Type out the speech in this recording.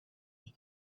egan